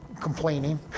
complaining